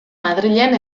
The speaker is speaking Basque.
madrilen